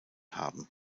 haben